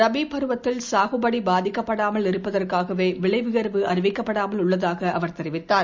ரபீ பருவத்தில் சாகுபடி பாதிக்கப்படாமல் இருப்பதற்காகவே விலையுயர்வு அறிவிக்கப்படாமல் உள்ளதாக அவர் தெரிவித்தார்